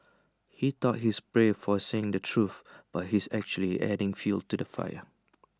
he thought he's brave for saying the truth but he's actually just adding fuel to the fire